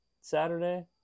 Saturday